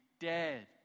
dead